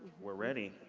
we're ready.